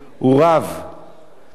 ולכן צריך לעצור את זה.